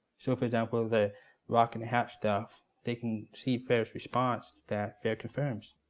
so for example, the rock in the hat stuff, they can see fair's response. that fair confirms,